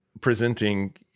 presenting